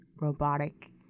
robotic